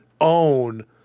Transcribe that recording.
own